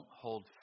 hold